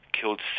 killed